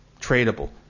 tradable